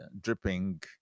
dripping